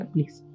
Please